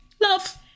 love